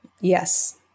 Yes